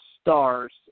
stars